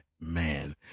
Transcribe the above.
man